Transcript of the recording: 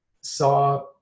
saw